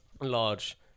Large